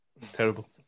terrible